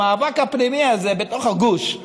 המאבק הפנימי הזה בתוך הגוש,